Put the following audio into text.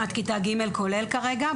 עד כיתה ג' כולל כרגע.